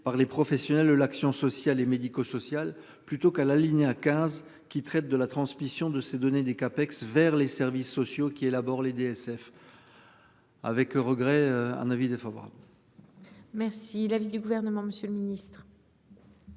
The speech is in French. par les professionnels de l'action sociale et médico-sociale plutôt qu'à l'alinéa 15 qui traite de la transmission de ces données des CAPEX vers les services sociaux qui élabore les DSF. Avec regret un avis défavorable. Merci l'avis du gouvernement, monsieur le ministre.